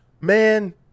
man